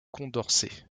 condorcet